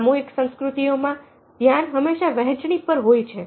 સામૂહિક સંસ્કૃતિઓમાં ધ્યાન હંમેશા વહેંચણી પર હોય છે